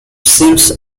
seems